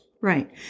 Right